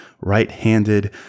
right-handed